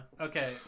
okay